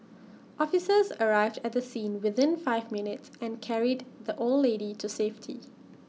officers arrived at the scene within five minutes and carried the old lady to safety